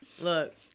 Look